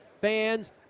Fans